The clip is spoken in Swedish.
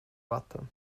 vatten